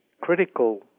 critical